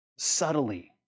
Subtly